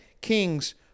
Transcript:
kings